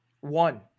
one